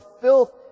filth